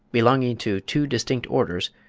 belonging to two distinct orders,